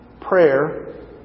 prayer